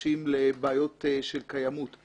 מוקדשים לבעיות של קיימות,